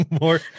more